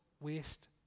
waste